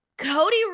Cody